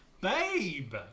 babe